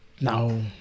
No